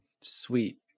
sweet